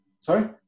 Sorry